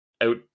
out